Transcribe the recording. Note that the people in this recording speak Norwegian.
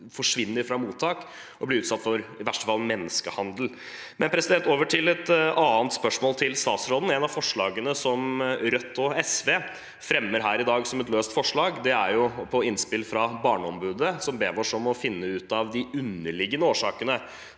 forsvinner fra mottak og i verste fall blir utsatt for menneskehandel. Over til et annet spørsmål til statsråden: Et av forslagene som Rødt og SV fremmer her i dag, et løst forslag, er etter innspill fra Barneombudet, som ber oss om å finne ut av de underliggende årsakene